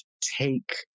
take